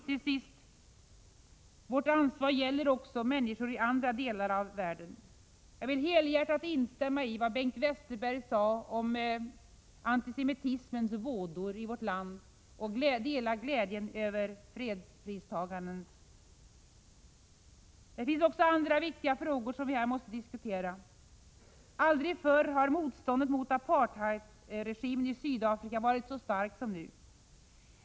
Till sist: Vårt ansvar gäller också människor i andra delar av världen. Jag vill helhjärtat instämma i vad Bengt Westerberg sade om antisemitismens vådor i vårt land, och jag delar glädjen över fredspristagaren. Det finns också andra viktiga frågor som vi här måste diskutera. Aldrig förr har motståndet mot apartheidregimen i Sydafrika varit så starkt som nu.